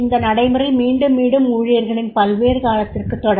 இந்த நடைமுறை மீண்டும் மீண்டும் ஊழியர்களின் பல்வேறு காலத்திற்கு தொடரும்